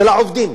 של העובדים.